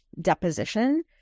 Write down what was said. deposition